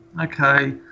okay